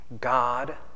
God